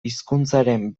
hizkuntzaren